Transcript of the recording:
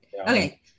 Okay